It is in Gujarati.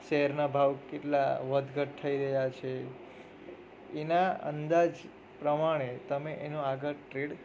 શેરના ભાવ કેટલા વધ ઘટ થઈ રહ્યા છે એના અંદાજ પ્રમાણે તમે એનો આગળ ટ્રેડ